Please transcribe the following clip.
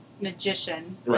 magician